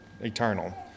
eternal